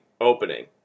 opening